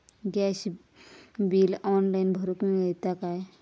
Gas bill online भरुक मिळता काय?